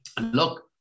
look